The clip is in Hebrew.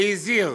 והזהיר